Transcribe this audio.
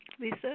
Lisa